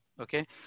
okay